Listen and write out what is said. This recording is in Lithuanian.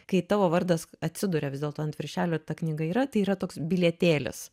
kai tavo vardas atsiduria vis dėlto ant viršelio ta knyga yra tai yra toks bilietėlis